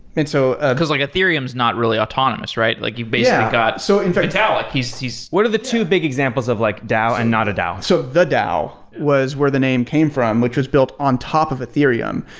and so because like ethereum is not really autonomous, right? like you basically got so and vitalik. what are the two big examples of like dao and not a dao? so the dao was where the name came from, which was built on top of ethereum,